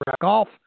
golf